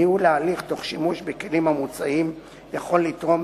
ניהול ההליך תוך שימוש בכלים המוצעים יכול לתרום,